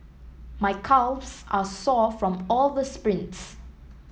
my calves are sore from all the sprints